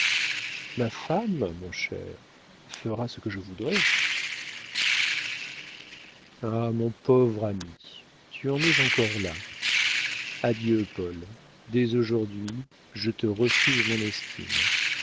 ma femme mon cher fera ce que je voudrai ha mon pauvre ami tu en es encore là adieu paul dès aujourd'hui je te refuse mon estime